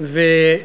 כל הכבוד.